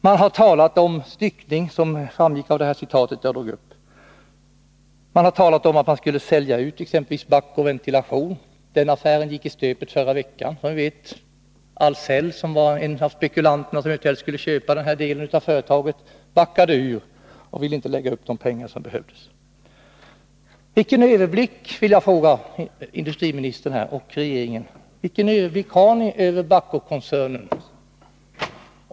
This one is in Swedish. Man har talat om styckning, vilket framgick av det citat jag tog upp. Man har talat om att sälja ut exempelvis Bahco Ventilation. Den affären gick i stöpet förra veckan, efter vad jag vet. Ahlsell, som var en av de spekulanter som eventuellt skulle köpa denna del av företaget, backade ur. Man ville inte lägga upp de pengar som behövdes. Vilken överblick, vill jag fråga industriministern och regeringen, har ni över Bahcokoncernen?